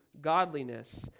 godliness